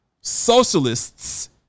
socialists